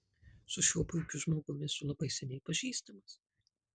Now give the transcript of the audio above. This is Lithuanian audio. su šiuo puikiu žmogumi esu labai seniai pažįstamas